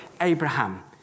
Abraham